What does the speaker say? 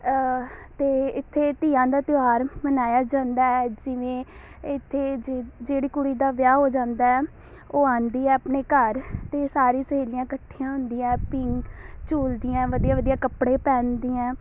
ਅਤੇ ਇੱਥੇ ਧੀਆਂ ਦਾ ਤਿਉਹਾਰ ਮਨਾਇਆ ਜਾਂਦਾ ਹੈ ਜਿਵੇਂ ਇੱਥੇ ਜੇ ਜਿਹੜੀ ਕੁੜੀ ਦਾ ਵਿਆਹ ਹੋ ਜਾਂਦਾ ਹੈ ਉਹ ਆਉਂਦੀ ਆ ਆਪਣੇ ਘਰ ਅਤੇ ਸਾਰੀ ਸਹੇਲੀਆਂ ਇਕੱਠੀਆਂ ਹੁੰਦੀਆਂ ਪੀਂਘ ਝੂਲਦੀਆਂ ਵਧੀਆ ਵਧੀਆ ਕੱਪੜੇ ਪਹਿਨਦੀਆਂ